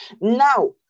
Now